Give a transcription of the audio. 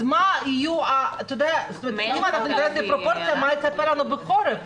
אז אם אתה מדבר על פרופורציה, מה יצפה לנו בחורף?